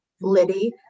Liddy